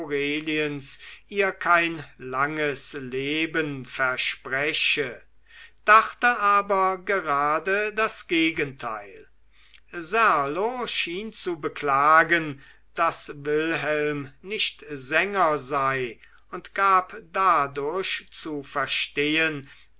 ihr kein langes leben verspreche dachte aber gerade das gegenteil serlo schien zu beklagen daß wilhelm nicht sänger sei und gab dadurch zu verstehen